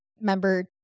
member